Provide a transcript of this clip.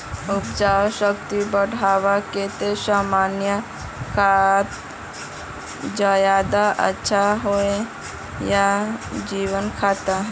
उपजाऊ शक्ति बढ़वार केते रासायनिक खाद ज्यादा अच्छा होचे या जैविक खाद?